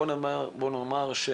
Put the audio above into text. בוא נאמר שהם